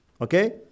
Okay